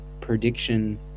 prediction